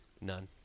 None